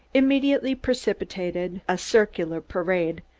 immediately precipitated a circular parade,